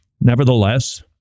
Nevertheless